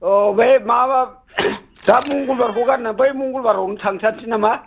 औ बे मा मा दा मंगलबारखौ गारना बै मंगलबारावनो थांथारसै नामा